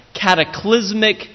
cataclysmic